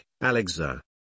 Alexa